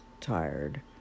tired